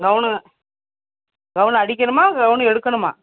gown gown அடிக்கணுமா gown எடுக்கணுமா